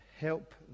help